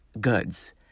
goods